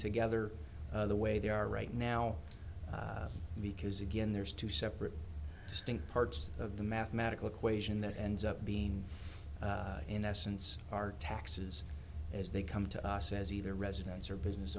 together the way they are right now because again there's two separate distinct parts of the mathematical equation that ends up being in essence our taxes as they come to us as either residents or business